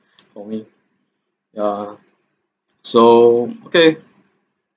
for me ya so okay